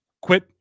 Quit